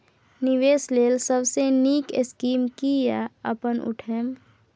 निवेश लेल सबसे नींक स्कीम की या अपन उठैम?